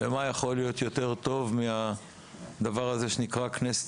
ומה יכול להיות יותר טוב מהדבר הזה שנקרא כנסת